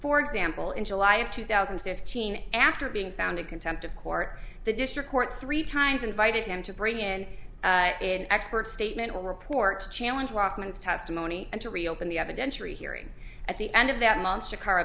for example in july of two thousand and fifteen after being found in contempt of court the district court three times invited him to bring in an expert statement or report challenge walkmans testimony and to reopen the evidence rehearing at the end of that monster car